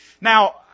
Now